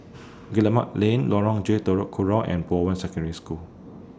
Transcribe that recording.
Guillemard Lane Lorong J Telok Kurau and Bowen Secondary School